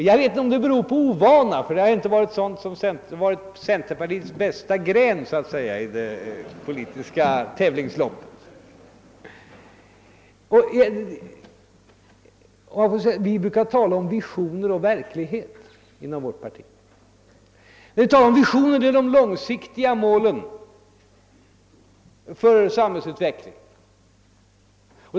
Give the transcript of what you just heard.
Jag vet inte om det möjligen beror på ovana, ty detta har liksom inte varit centerpartiets bästa gren i det politiska tävlingsloppet. Vi brukar inom vårt parti tala om visioner och verklighet. När vi talar om visioner syftar vi på de långsiktiga målen för samhällsutvecklingen.